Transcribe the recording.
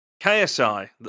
KSI